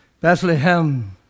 Bethlehem